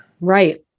Right